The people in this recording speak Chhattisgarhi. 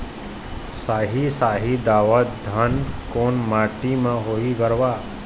साही शाही दावत धान कोन माटी म होही गरवा?